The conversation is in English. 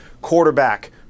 quarterback